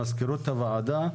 מזכירות הוועדה,